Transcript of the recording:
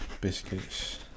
biscuits